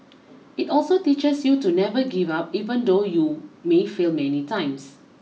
it also teaches you to never give up even though you may fail many times